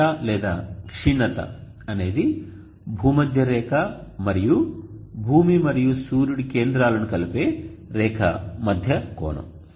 δ లేదా క్షీణత అనేది భూమధ్య రేఖ మరియు భూమి మరియు సూర్యుని కేంద్రాలను కలిపే రేఖ మధ్య కోణం